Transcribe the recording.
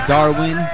Darwin